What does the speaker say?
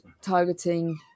targeting